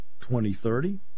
2030